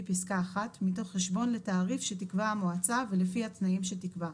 פסקה (1) מתוך חשבון לתעריף שתקבע המועצה ולפי התנאים שתקבע.